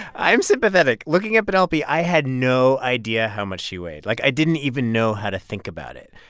i'm sympathetic. looking at penelope, i had no idea how much she weighed. like, i didn't even know how to think about it.